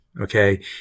okay